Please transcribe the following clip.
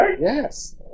Yes